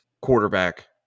quarterback